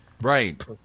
Right